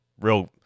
Real